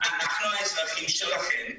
אנחנו האזרחים שלכם.